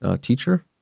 teacher